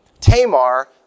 Tamar